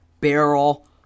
barrel